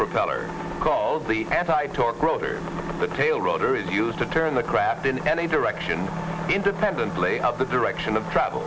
propeller called the anti torque rotor the tail rotor is used to turn the craft in any direction independently of the direction of travel